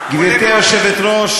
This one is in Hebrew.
גברתי היושבת-ראש,